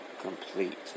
complete